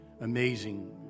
amazing